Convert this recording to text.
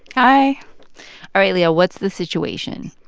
hi all right, leah. what's the situation?